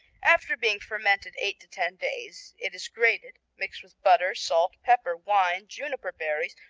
after being fermented eight to ten days it is grated, mixed with butter, salt, pepper, wine, juniper berries,